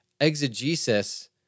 Exegesis